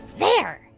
there